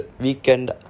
weekend